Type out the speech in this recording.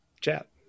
chat